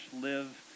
live